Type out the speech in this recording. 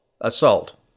Assault